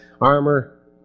armor